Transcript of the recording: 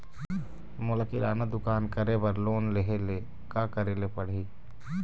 मोला किराना दुकान करे बर लोन लेहेले का करेले पड़ही?